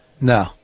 No